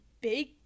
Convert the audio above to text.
big